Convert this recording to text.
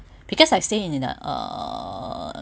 because I stay in in a uh